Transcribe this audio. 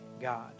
God